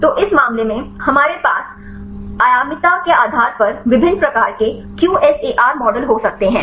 तो इस मामले में हमारे पास आयामीता के आधार पर विभिन्न प्रकार के QSAR मॉडल हो सकते हैं